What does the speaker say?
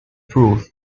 proof